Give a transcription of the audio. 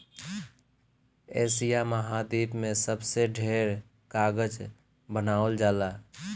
Asia महाद्वीप में सबसे ढेर कागज बनावल जाला